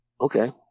okay